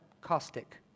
caustic